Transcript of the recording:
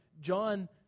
John